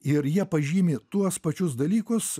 ir jie pažymi tuos pačius dalykus